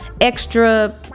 extra